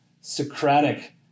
Socratic